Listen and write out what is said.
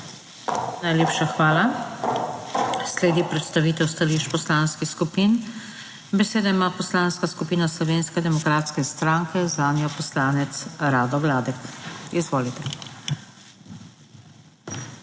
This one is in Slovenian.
Najlepša hvala. Sledi predstavitev stališč poslanskih skupin. Besedo ima Poslanska skupina Slovenske demokratske stranke, zanjo poslanec Rado Gladek. Izvolite.